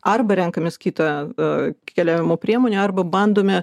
arba renkamės kitą keliavimo priemonę arba bandome